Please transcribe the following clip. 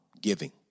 giving